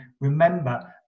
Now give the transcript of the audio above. remember